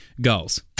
goals